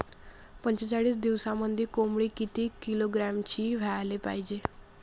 पंचेचाळीस दिवसामंदी कोंबडी किती किलोग्रॅमची व्हायले पाहीजे?